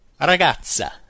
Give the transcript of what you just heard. Ragazza